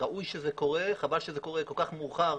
ראוי שזה קורה וחבל שזה קורה כל כך מאוחר,